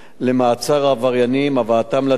ולמעצר עבריינים והבאתם לדין,